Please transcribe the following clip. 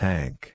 Tank